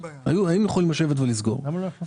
היינו יכולים לדון ולסגור דברים.